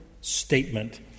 statement